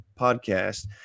podcast